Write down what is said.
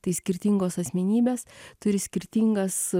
tai skirtingos asmenybės turi skirtingas